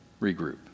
Regroup